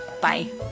Bye